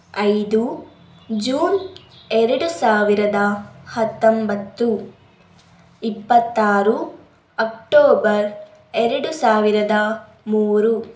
ಐದು ಜೂನ್ ಎರಡು ಸಾವಿರದ ಹತ್ತೊಂಬತ್ತು ಇಪ್ಪತ್ತಾರು ಅಕ್ಟೋಬರ್ ಎರಡು ಸಾವಿರದ ಮೂರು